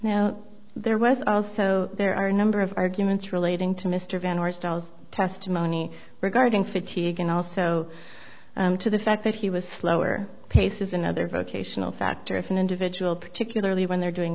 now there was also there are a number of arguments relating to mr van our styles testimony regarding fatigue and also to the fact that he was slower pace is another vocational factor if an individual particularly when they're doing